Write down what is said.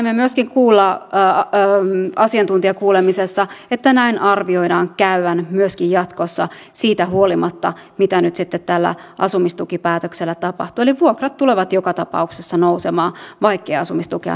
saimme myöskin kuulla asiantuntijakuulemisessa että näin arvioidaan käyvän myöskin jatkossa siitä huolimatta mitä nyt sitten tälle asumistukipäätökselle tapahtuu eli vuokrat tulevat joka tapauksessa nousemaan vaikkei asumistukea nostettaisikaan